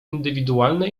indywidualne